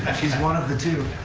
she's one of the two.